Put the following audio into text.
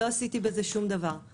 לא עשיתי בזה שום דבר.